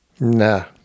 Nah